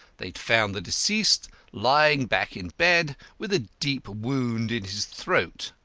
they found the deceased lying back in bed with a deep wound in his throat.